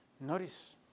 Notice